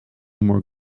more